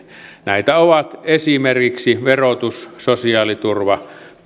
näitä ovat esimerkiksi verotus sosiaaliturva